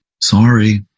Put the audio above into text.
Sorry